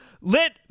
lit